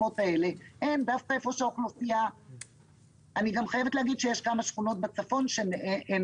אני גם חייבת לומר שיש כמה שכונות בצפון שאין